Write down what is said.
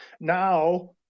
Now